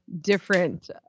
different